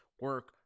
Work